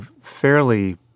fairly